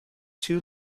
too